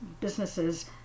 businesses